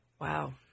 Wow